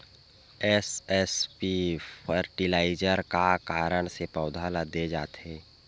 SSP fertiliser का कारण से पौधा ल दे जाथे?